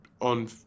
on